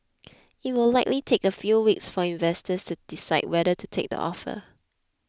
it will likely take a few weeks for investors to decide whether to take the offer